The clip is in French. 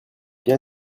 bien